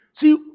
See